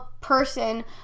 person